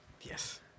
Yes